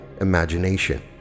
imagination